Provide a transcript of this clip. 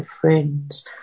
friends